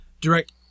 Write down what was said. direct